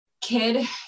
kid